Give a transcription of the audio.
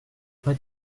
vrai